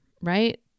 right